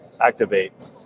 activate